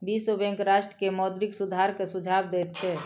विश्व बैंक राष्ट्र के मौद्रिक सुधार के सुझाव दैत छै